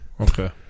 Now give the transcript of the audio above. Okay